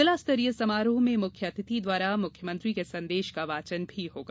जिलास्तरीय समारोह में मुख्य अतिथि द्वारा मुख्यमंत्री के संदेश का वाचन भी होगा